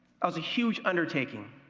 was a huge undertaking,